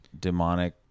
demonic